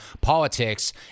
politics